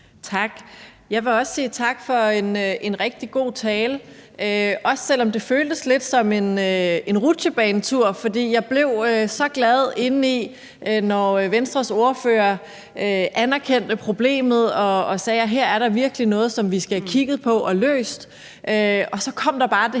Tak. Jeg vil også sige tak for en rigtig god tale, også selv om det føltes lidt som en rutsjebanetur, for jeg blev så glad indeni, da Venstres ordfører anerkendte problemet og sagde, at her er der virkelig noget, som vi skal have kigget på og løst, men så kom der bare det